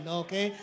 okay